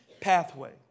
pathway